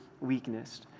weakness